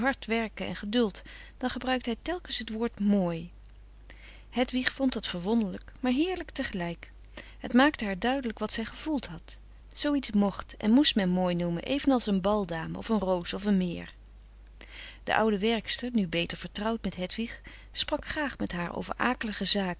werk en geduld dan gebruikte hij telkens het woord mooi hedwig vond dat verwonderlijk maar heerlijk tegelijk het maakte haar duidelijk wat zij gevoeld had zooiets mocht en moest men mooi noemen evenals een bal dame of een roos of een meer de oude werkster nu beter vertrouwd met hedwig sprak graag met haar over akelige zaken